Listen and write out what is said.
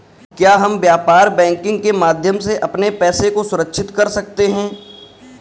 क्या हम व्यापार बैंकिंग के माध्यम से अपने पैसे को सुरक्षित कर सकते हैं?